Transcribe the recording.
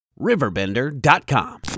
Riverbender.com